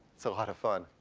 so lot of fun.